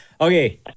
Okay